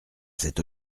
cet